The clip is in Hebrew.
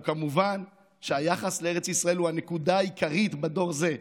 כמובן שהיחס לארץ ישראל הוא הנקודה העיקרית בדור זה,